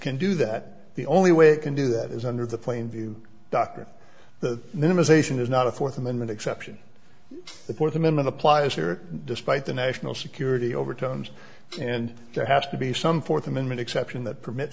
can do that the only way it can do that is under the plain view dr the minimisation is not a fourth amendment exception the fourth amendment applies here despite the national security overtones and there has to be some fourth amendment exception that permit